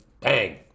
bang